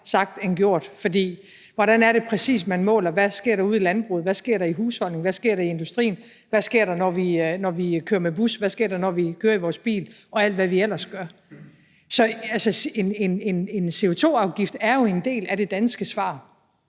sagt end gjort. For hvordan er det præcis, man måler, hvad der sker ude i landbruget, hvad der sker i husholdningen, hvad der sker i industrien, hvad der sker, når vi kører med bus, og hvad sker der, når vi kører i vores bil, og alt, hvad vi ellers gør? Så en CO2-afgift er jo en del af det danske svar.